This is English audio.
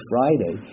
Friday